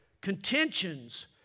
contentions